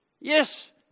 Yes